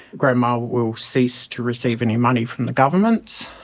grandma will cease to receive any money from the government,